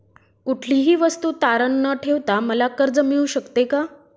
कुठलीही वस्तू तारण न ठेवता मला कर्ज मिळू शकते का?